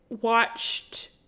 watched